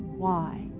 why?